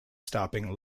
stopping